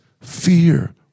fear